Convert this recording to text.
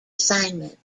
assignment